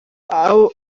ayo